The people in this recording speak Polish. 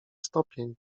stopień